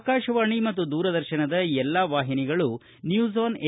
ಆಕಾಶವಾಣಿ ಮತ್ತು ದೂರದರ್ಶನದ ಎಲ್ಲಾ ವಾಹಿನಿಗಳು ನ್ಯೂಸ್ ಆನ್ ಎ